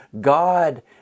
God